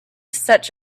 such